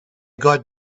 got